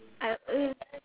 I err